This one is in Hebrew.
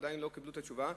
ועדיין לא קיבלו את התשובה.